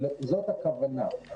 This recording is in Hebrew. זאת הכוונה.